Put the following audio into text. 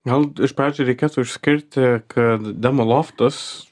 gal iš pradžių reikėtų išskirti kad demoloftas